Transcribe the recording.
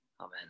Amen